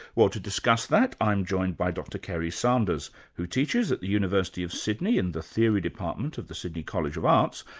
well, to discuss that, i'm joined by dr kerry sanders, who teaches at the university of sydney in the theory department of the sydney college of arts,